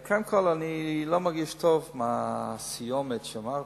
קודם כול, אני לא מרגיש טוב עם הסיומת שאמרת,